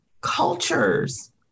cultures